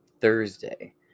Thursday